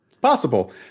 possible